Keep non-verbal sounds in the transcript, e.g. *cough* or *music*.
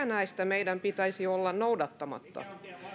*unintelligible* näistä meidän pitäisi olla noudattamatta